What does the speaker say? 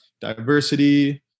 diversity